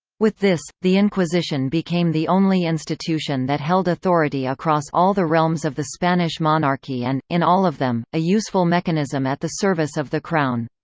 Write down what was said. with this, the inquisition became the only institution that held authority across all the realms of the spanish monarchy and, in all of them, a useful mechanism at the service of the crown.